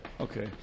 Okay